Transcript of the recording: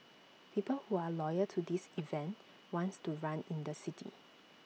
people who are loyal to this event wants to run in the city